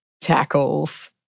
tackles